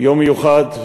יום מיוחד,